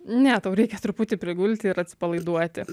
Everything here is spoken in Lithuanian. ne tau reikia truputį prigulti ir atsipalaiduoti